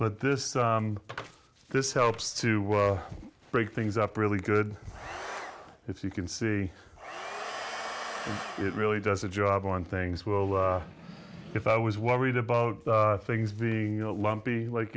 but this this helps to break things up really good if you can see it really does a job on things will if i was worried about things being lumpy like